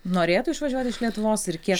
norėtų išvažiuot iš lietuvos ir kiek